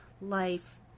life